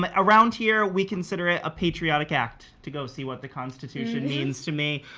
but around here, we consider it a patriotic act to go see what the constitution means to me.